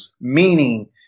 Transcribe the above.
meaning